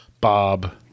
Bob